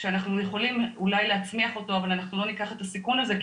כשאנחנו יכולים אולי להצמיח אותו אבל אנחנו לא ניקח את הסיכון הזה,